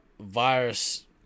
virus